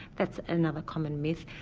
that's another common myth.